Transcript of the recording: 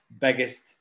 biggest